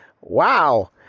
wow